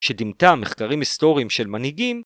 ‫שדמתה מחקרים היסטוריים ‫של מנהיגים.